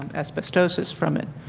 and asbestosis from it.